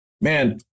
man